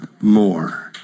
more